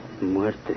Muerte